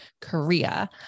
Korea